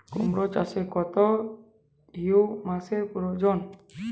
কুড়মো চাষে কত হিউমাসের প্রয়োজন?